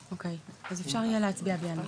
אוקיי, אז אפשר יהיה להצביע בלי הנמקה.